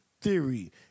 theory